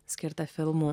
skirta filmų